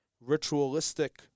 ritualistic